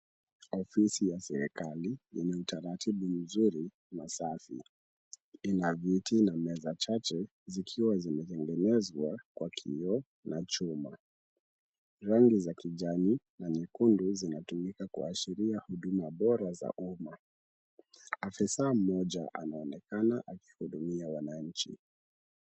Ofisi ya sirikali, yenye utaratibu mzuri na safi. Ina viti na meza chache zikiwa zime tengenezwa kwa kioo na chuma. Rangi za kijani na nyekundu zinatumika kuashiria huduma bora za umma. Afisa mmoja ana onekana akihudumia wananchi.